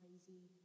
Crazy